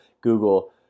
Google